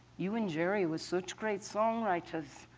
you and gerry were such great songwriters.